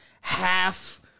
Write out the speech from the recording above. half